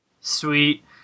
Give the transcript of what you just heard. Sweet